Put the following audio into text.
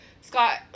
Scott